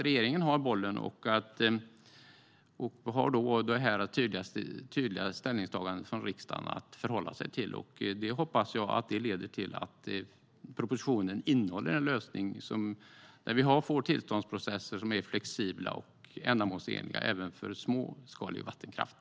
Regeringen har bollen och har det tydliga ställningstagandet från riksdagen att förhålla sig till. Jag hoppas att det leder till att propositionen innehåller en lösning med tillståndsprövningar som är flexibla och ändamålsenliga även för småskalig vattenkraft.